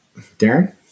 darren